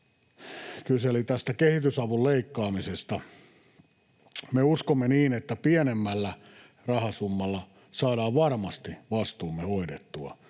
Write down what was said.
kyselivät tästä kehitysavun leikkaamisesta. Me uskomme niin, että pienemmällä rahasummalla saadaan varmasti vastuumme hoidettua.